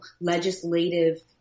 legislative